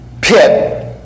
pit